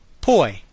poi